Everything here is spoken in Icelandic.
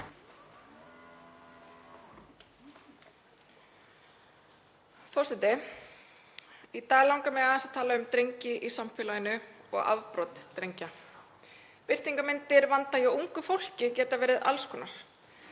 Forseti. Í dag langar mig aðeins að tala um drengi í samfélaginu og afbrot drengja. Birtingarmyndir vanda hjá ungu fólki geta verið alls konar;